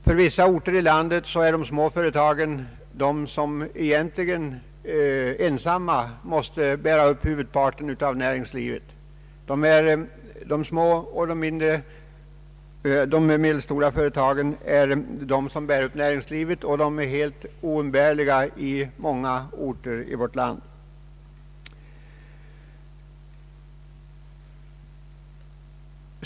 På vissa orter i landet är det de små och medelstora företagen som bär upp huvudparten av näringslivet; föreningarnas betydelse för många orter är här uppenbar.